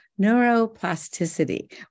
neuroplasticity